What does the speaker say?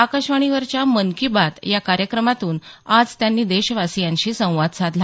आकाशवाणीवरच्या मन की बात या कार्यक्रमातून त्यांनी देशवासीयांशी संवाद साधला